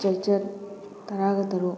ꯆꯩꯆꯠ ꯇꯔꯥꯒ ꯇꯔꯨꯛ